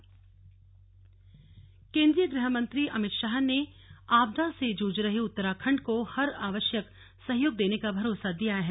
slug Amit Shah और CM केंद्रीय गृह मंत्री अमित शाह ने आपदा से जूझ रहे उत्तराखंड को हर आवश्यक सहयोग देने का भरोसा दिलाया है